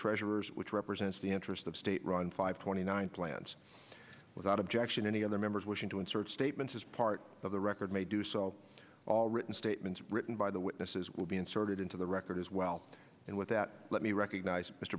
treasurers which represents the interest of state run five twenty nine plans without objection any other members wishing to insert statements as part of the record may do so all written statements written by the witnesses will be inserted into the record as well and with that let me recognize mr